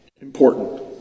Important